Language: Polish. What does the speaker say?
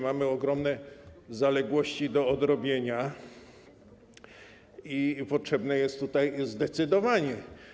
Mamy ogromne zaległości do odrobienia i potrzebne jest zdecydowanie.